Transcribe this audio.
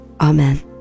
Amen